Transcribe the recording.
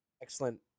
excellent